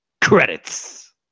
Credits